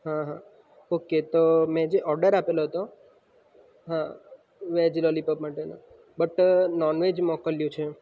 હં હં ઓકે તો મેં જે ઓડર આપેલો હતો હં વેજ લોલીપોપ માટેનો બટ નોનવેજ મોકલ્યું છે